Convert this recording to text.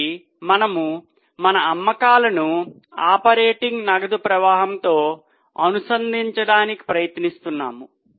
కాబట్టి మనము మన అమ్మకాలను ఆపరేటింగ్ నగదు ప్రవాహంతో అనుసంధానించడానికి ప్రయత్నిస్తున్నాము